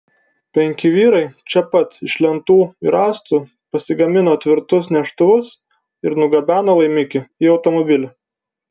penki vyrai čia pat iš lentų ir rąstų pasigamino tvirtus neštuvus ir nugabeno laimikį į automobilį